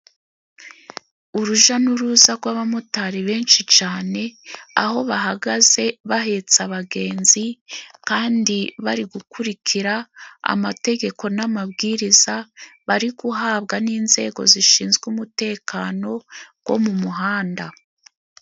Uruja n'uruza gw'abamotari benshi cane aho bahagaze bahetse abagenzi, kandi bari gukurikira amategeko n'amabwiriza, bari guhabwa n'inzego zishinzwe umutekano gwo mu muhanda.